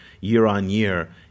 year-on-year